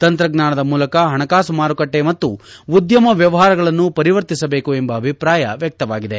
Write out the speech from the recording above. ತಂತ್ರಜ್ಞಾನದ ಮೂಲಕ ಹಣಕಾಸು ಮಾರುಕಟ್ಟೆ ಮತ್ತು ಉದ್ಯಮ ವ್ಯವಹಾರಗಳನ್ನು ಪರಿವರ್ತಿಸಬೇಕು ಎಂಬ ಅಭಿಪ್ರಾಯ ವ್ಯಕ್ತವಾಗಿದೆ